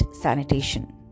sanitation